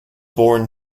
born